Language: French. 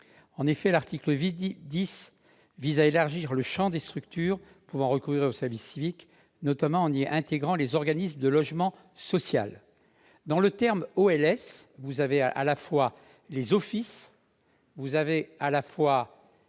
En effet, l'article 10 vise à élargir le champ des structures pouvant recourir au service civique, notamment en y intégrant les organismes de logement social, les OLS, qui regroupent à la fois les offices, les SA HLM et les